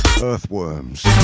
earthworms